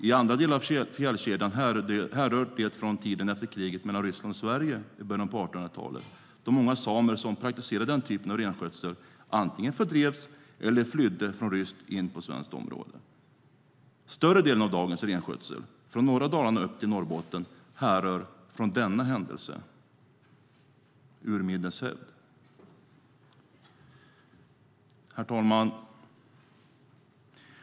I andra delar av fjällkedjan härrör den från tiden efter kriget mellan Ryssland och Sverige i början av 1800-talet, då många samer som praktiserade den typen av renskötsel antingen fördrevs eller flydde från ryskt område in på svenskt område. Större delen av dagens renskötsel, från norra Dalarna och upp till Norrbotten, härrör från denna händelse - urminnes hävd. Herr talman!